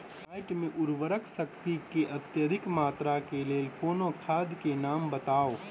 माटि मे उर्वरक शक्ति केँ अधिक मात्रा केँ लेल कोनो खाद केँ नाम बताऊ?